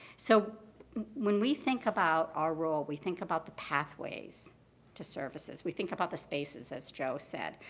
so when we think about our role, we think about the pathways to services. we think about the spaces, as joe said.